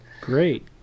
Great